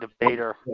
debater